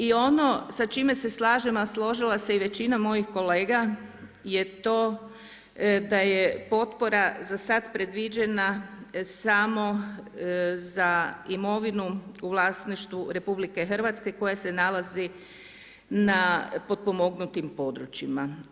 I ono sa čime se slažem, a složila se i većina mojih kolega je to da je potpora za sada predviđena samo za imovinu u vlasništvu RH koja se nalazi na potpomognutim područjima.